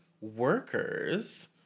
workers